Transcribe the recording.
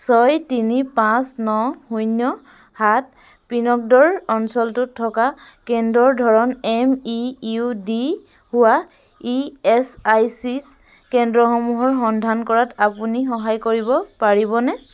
ছয় তিনি পাঁচ ন শূন্য সাত পিনক'ডৰ অঞ্চলটোত থকা কেন্দ্ৰৰ ধৰণ এম ই ইউ ডি হোৱা ই এছ আই চি কেন্দ্ৰসমূহৰ সন্ধান কৰাত আপুনি সহায় কৰিব পাৰিবনে